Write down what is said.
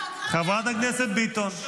חברת הכנסת ביטון.